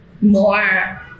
more